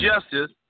justice